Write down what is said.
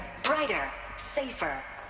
brighter. safer.